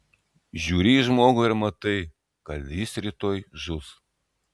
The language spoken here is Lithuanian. žiūri į žmogų ir matai kad jis rytoj žus